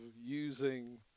using